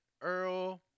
Earl